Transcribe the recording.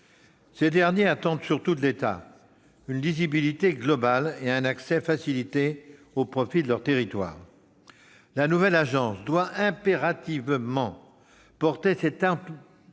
élus locaux attendent surtout de l'État une lisibilité globale et un accès facilité, au profit de leurs territoires. La nouvelle agence devra impérativement faire sienne cette ambition